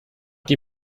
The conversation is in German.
die